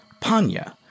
Panya